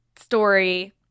story